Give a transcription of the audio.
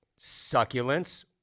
Succulents